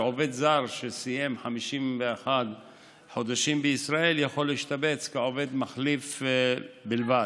שעובד זר שסיים 51 חודשים בישראל יכול להשתבץ כעובד מחליף בלבד,